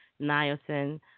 niacin